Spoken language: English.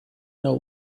know